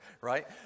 Right